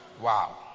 Wow